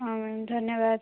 ହଁ ଧନ୍ୟବାଦ